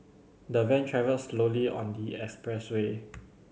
the van travelled slowly on the express way